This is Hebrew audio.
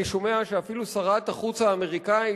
אני שומע שאפילו שרת החוץ האמריקנית,